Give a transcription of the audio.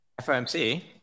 FOMC